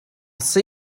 see